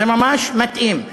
זה ממש מתאים.